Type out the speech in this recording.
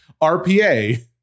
rpa